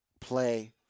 play